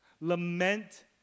lament